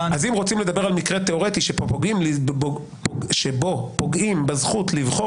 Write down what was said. אז אם רוצים לדבר על מקרה תיאורטי שבו פוגעים בזכות לבחור